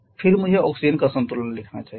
फिर मुझे ऑक्सीजन का संतुलन लिखना चाहिए